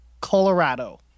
Colorado